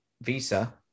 Visa